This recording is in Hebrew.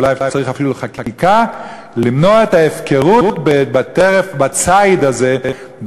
אולי צריך אפילו חקיקה למנוע את ההפקרות בציד הזה,